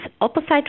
opposite